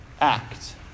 act